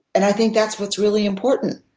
and i think that's what's really important.